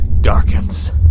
darkens